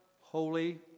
holy